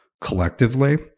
collectively